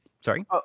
Sorry